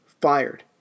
fired